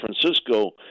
Francisco